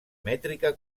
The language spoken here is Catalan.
mètrica